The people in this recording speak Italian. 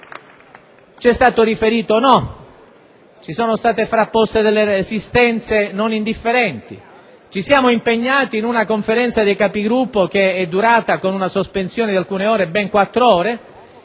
Ci è stato detto di no, ci sono state frapposte delle resistenze non indifferenti. Ci siamo impegnati in una Conferenza dei Capigruppo che è durata, con una sospensione di alcune ore, ben quattro ore